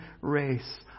race